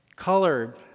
Colored